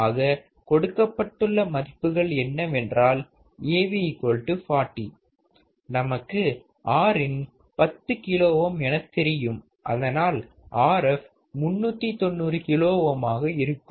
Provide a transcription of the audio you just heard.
ஆக கொடுக்கப்பட்டுள்ள மதிப்புகள் என்னவென்றால் Av 40 நமக்கு Rin 10 கிலோ ஓம் எனத் தெரியும் அதனால் Rf 390 கிலோ ஓம் ஆக இருக்கும்